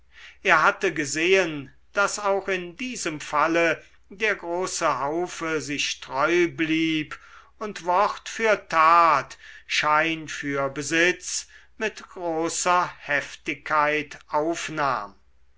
er hatte gesehen daß auch in diesem falle der große haufe sich treu blieb und wort für tat schein für besitz mit großer heftigkeit aufnahm